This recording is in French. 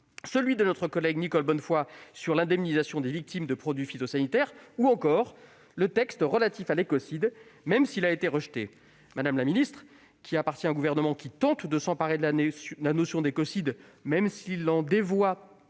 celui de notre collègue Nicole Bonnefoy sur l'indemnisation des victimes de produits phytosanitaires ou encore le texte relatif à l'écocide, même s'il a été rejeté. Mme la ministre, qui appartient à un gouvernement qui tente de s'emparer de la notion d'écocide, même s'il en minimise,